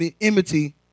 enmity